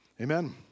Amen